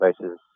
devices